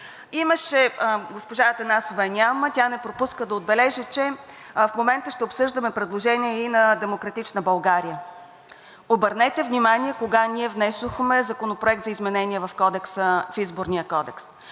Госпожа Атанасова я няма, но тя не пропуска да отбележи, че в момента ще обсъждаме предложение и на „Демократична България“. Обърнете внимание кога ние внесохме Законопроект за изменение в Изборния кодекс